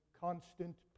constant